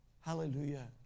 Hallelujah